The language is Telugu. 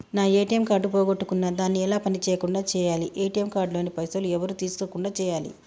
నా ఏ.టి.ఎమ్ కార్డు పోగొట్టుకున్నా దాన్ని ఎలా పని చేయకుండా చేయాలి ఏ.టి.ఎమ్ కార్డు లోని పైసలు ఎవరు తీసుకోకుండా చేయాలి?